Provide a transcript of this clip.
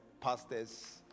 pastors